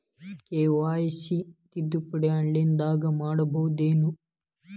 KYC ತಿದ್ದುಪಡಿ ಆನ್ಲೈನದಾಗ್ ಮಾಡ್ಬಹುದೇನು?